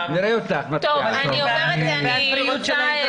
על אף שזו לא דרך המלך,